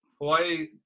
Hawaii